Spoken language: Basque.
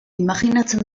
imajinatzen